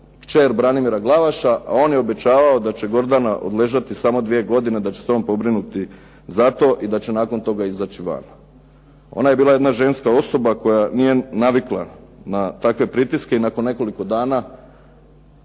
kćer Branimira Glavaša, a on je obećavao da će Gordana odležati samo dvije godine, da će se on pobrinuti za to i da će nakon toga izaći van. Ona je bila jedna ženska osoba koja nije navikla na takve pritiske i nakon nekoliko dana